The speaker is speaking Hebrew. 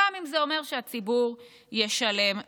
גם אם זה אומר שהציבור ישלם מחיר.